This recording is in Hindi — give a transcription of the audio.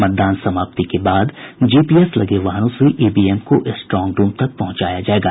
मतदान समाप्ति के बाद जीपीएस लगे वाहनों से ईवीएम को स्ट्रांग रूम तक पहुंचाया जायेगा